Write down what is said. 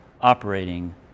operating